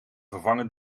vervangen